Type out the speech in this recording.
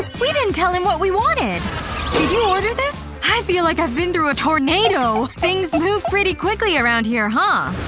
ah we didn't tell him what we wanted! did you order this? i feel like i've been through a tornado! things move pretty quick around here, huh?